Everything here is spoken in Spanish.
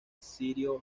sirio